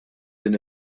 din